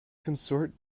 consort